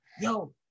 yo